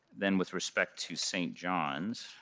then with respect to st. john's,